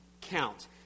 count